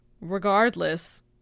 regardless